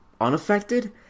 unaffected